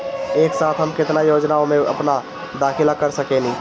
एक साथ हम केतना योजनाओ में अपना दाखिला कर सकेनी?